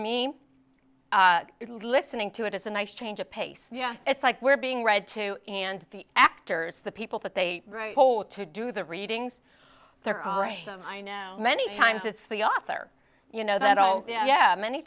me listening to it it's a nice change of pace yeah it's like we're being read to and the actors the people that they hold to do the readings they're all right you know many times it's the author you know that all's yeah many